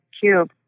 cube